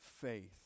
faith